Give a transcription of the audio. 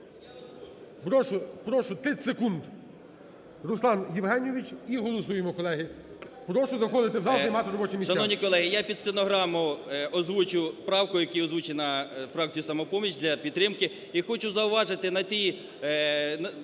я під стенограму озвучу правку, яка озвучена фракцією "Самопомочі", для підтримки. І хочу зауважити на тому